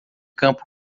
campo